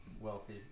wealthy